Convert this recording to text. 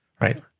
right